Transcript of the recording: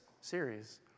series